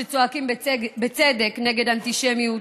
שצועקים בצדק נגד אנטישמיות,